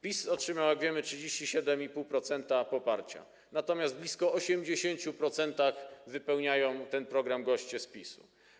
PiS otrzymał, jak wiemy, 37,5% poparcia, natomiast w blisko 80% wypełniają ten program goście z PiS-u.